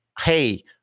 Hey